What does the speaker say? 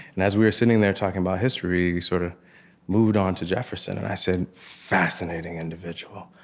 and as we were sitting there talking about history, we sort of moved on to jefferson, and i said, fascinating individual.